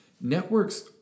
Networks